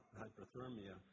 hypothermia